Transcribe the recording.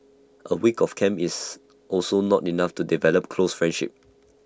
A week of camp is also not enough to develop close friendships